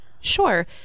Sure